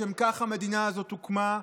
לשם כך המדינה הזאת הוקמה,